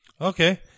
Okay